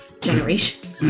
generation